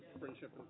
friendship